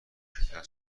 خورده